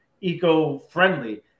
eco-friendly